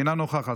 אינה נוכחת,